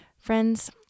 Friends